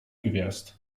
gwiazd